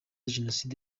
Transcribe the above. jenoside